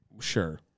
Sure